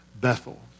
Bethel